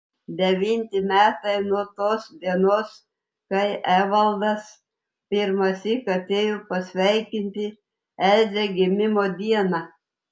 devinti metai nuo tos dienos kai evaldas pirmąsyk atėjo pasveikinti elzę gimimo dieną